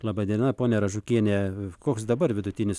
laba diena ponia aražukiene koks dabar vidutinis